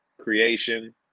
creation